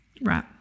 Right